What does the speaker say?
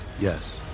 Yes